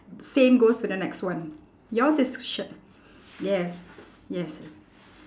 same goes to the next one yours is ch~ yes yes